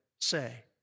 say